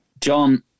John